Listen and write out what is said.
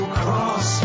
cross